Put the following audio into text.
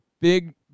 big